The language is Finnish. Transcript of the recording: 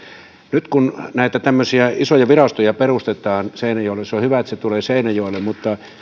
nyt kun näitä tämmöisiä isoja virastoja perustetaan niin se on hyvä että se tulee seinäjoelle mutta kyllä